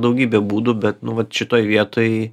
daugybė būdų bet nu vat šitoj vietoj